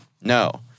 No